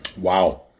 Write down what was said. Wow